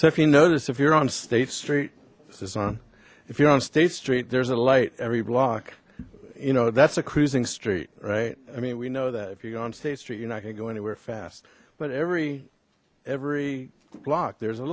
so if you noticed if you're on state street this is on if you're on state street there's a light every block you know that's a cruising street right i mean we know that if you're on state street you're not gonna go anywhere fast but every every block there's a